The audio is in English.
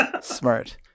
smart